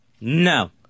No